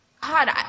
God